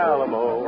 Alamo